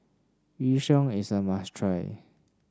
Yu Sheng is a must try